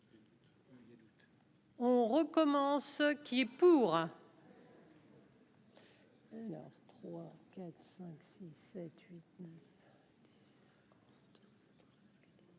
On recommence, qui est pour.